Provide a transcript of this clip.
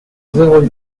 deux